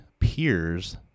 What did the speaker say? peers